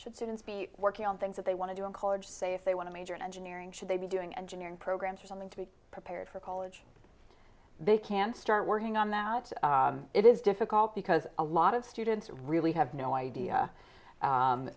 should students be working on things that they want to do in college say if they want to major in engineering should they be doing engineering programs or something to be prepared for college they can start working on that it is difficult because a lot of students really have no idea